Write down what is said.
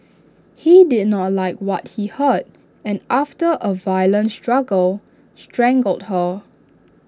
he did not like what he heard and after A violent struggle strangled her